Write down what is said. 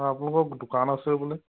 অঁ আপোনালোকৰ দোকান আছে বোলে